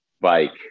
Bike